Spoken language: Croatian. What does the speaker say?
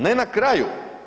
Ne na kraju.